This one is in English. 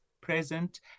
present